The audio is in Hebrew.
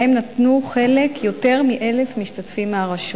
ובהן נטלו חלק יותר מ-1,000 משתתפים מהרשות.